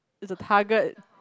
it's a target